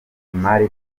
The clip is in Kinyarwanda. imari